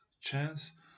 chance